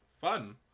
fun